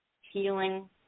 healing